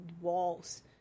walls